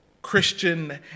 Christian